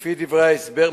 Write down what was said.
לפי דברי ההסבר,